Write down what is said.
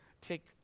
take